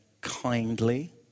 kindly